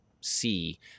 see